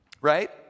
Right